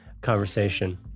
conversation